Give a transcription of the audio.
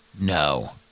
No